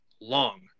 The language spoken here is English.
long